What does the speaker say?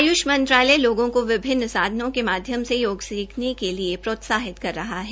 आय्ष मंत्रालय लोगों को विभिन्न सांधनों के माध्यम से योग सीखने के लिए प्रोत्साहित कर रहा है